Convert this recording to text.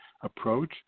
Approach